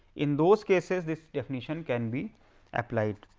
in those cases this definition can be applied.